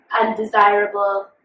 undesirable